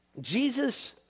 Jesus